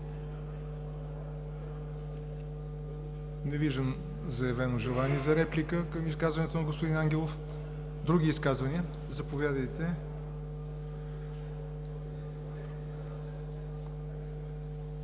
Не виждам заявено желание за реплика към изказването на господин Ангелов. Други изказвания? Заповядайте,